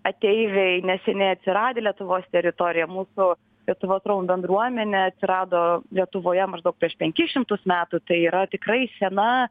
ateiviai neseniai atsiradę lietuvos teritorijoj mūsų lietuvos romų bendruomenė atsirado lietuvoje maždaug prieš penkis šimtus metų tai yra tikrai sena